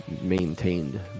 maintained